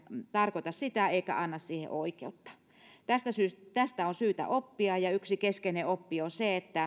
tarkoita sitä eikä anna siihen oikeutta tästä on syytä oppia ja yksi keskeinen oppi on se